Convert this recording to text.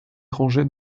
rangeait